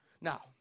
Now